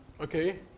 Okay